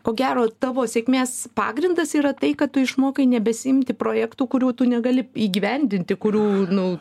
ko gero tavo sėkmės pagrindas yra tai kad tu išmokai nebesiimti projektų kurių tu negali įgyvendinti kurių nu